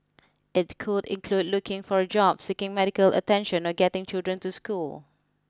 it could include looking for a job seeking medical attention or getting children to school